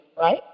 right